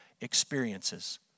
experiences